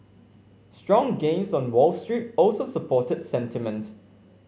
strong gains on Wall Street also supported sentiment